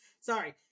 Sorry